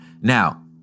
Now